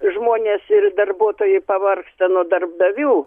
žmonės ir darbuotojai pavargsta nuo darbdavių